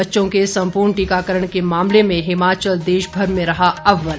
बच्चों के संपूर्ण टीकाकरण के मामले में हिमाचल देशभर में रहा अव्वल